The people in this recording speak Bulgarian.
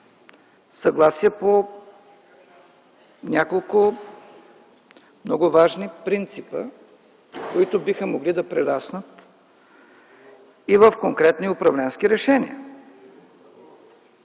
съгласие по няколко много важни принципа, които биха могли да прераснат и в конкретни управленски решения.